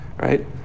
right